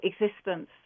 existence